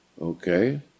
Okay